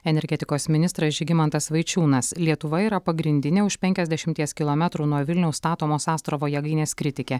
energetikos ministras žygimantas vaičiūnas lietuva yra pagrindinė už penkiasdešimties kilometrų nuo vilniaus statomos astravo jėgainės kritikė